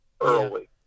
early